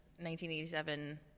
1987